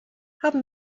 haben